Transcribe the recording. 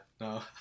no